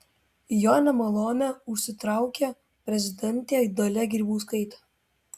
jo nemalonę užsitraukė prezidentė dalia grybauskaitė